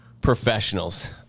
professionals